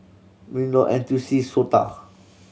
MinLaw N T U C SOTA